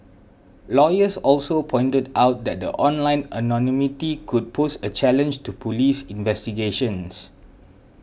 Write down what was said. lawyers also pointed out that the online anonymity could pose a challenge to police investigations